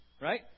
Right